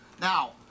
now